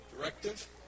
directive